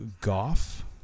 Goff